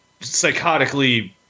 psychotically